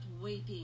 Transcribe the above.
waiting